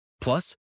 Plus